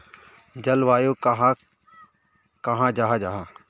जलवायु कहाक कहाँ जाहा जाहा?